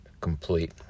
complete